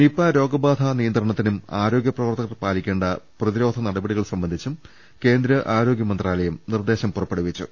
Nipah രോഗബാധ നിയ ന്ത്രണത്തിനും ആരോഗ്യ പ്രവർത്തകർ പാലിക്കേണ്ട പ്രതിരോധ നടപടികൾ സംബന്ധിച്ചും കേന്ദ്ര ആരോഗൃമന്ത്രാലയം നിർദ്ദേശം പുറപ്പെടുവിച്ചു